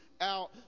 out